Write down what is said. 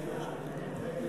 ההצעה